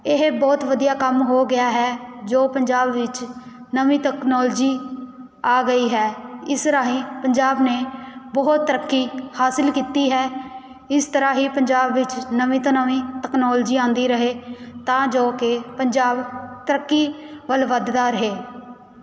ਇਹ ਬਹੁਤ ਵਧੀਆ ਕੰਮ ਹੋ ਗਿਆ ਹੈ ਜੋ ਪੰਜਾਬ ਵਿੱਚ ਨਵੀਂ ਟੈਕਨੋਲਜੀ ਆ ਗਈ ਹੈ ਇਸ ਰਾਹੀਂ ਪੰਜਾਬ ਨੇ ਬਹੁਤ ਤਰੱਕੀ ਹਾਸਲ ਕੀਤੀ ਹੈ ਇਸ ਤਰ੍ਹਾਂ ਹੀ ਪੰਜਾਬ ਵਿੱਚ ਨਵੀਂ ਤੋਂ ਨਵੀਂ ਟੈਕਨੋਲਜੀ ਆਉਂਦੀ ਰਹੇ ਤਾਂ ਜੋ ਕਿ ਪੰਜਾਬ ਤਰੱਕੀ ਵੱਲ ਵੱਧਦਾ ਰਹੇ